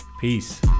Peace